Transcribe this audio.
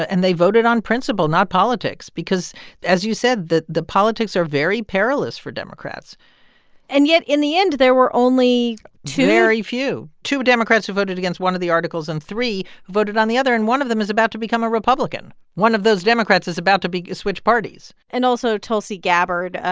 and they voted on principle, not politics, because as you said, the the politics are very perilous for democrats and yet in the end, there were only two very few, two democrats who voted against one of the articles, and three who voted on the other. and one of them is about to become a republican. one of those democrats is about to be switch parties and also tulsi gabbard,